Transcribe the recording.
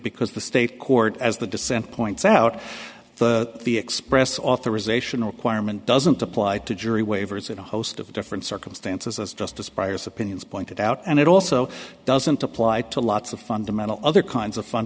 because the state court as the dissent points out the express authorization requirement doesn't apply to jury waivers in a host of different circumstances as justice breyer's opinions pointed out and it also doesn't apply to lots of fundamental other kinds of fun